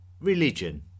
Religion